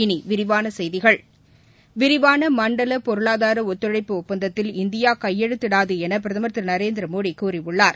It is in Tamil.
இனி விரிவான செய்திகள் விரிவான மண்டல பொருளாதார ஒத்துழைப்பு ஒப்பந்தத்தில் இந்தியா கையெழுத்திடாது என பிரதமர் திரு நரேந்திர மோடி கூறியுள்ளார்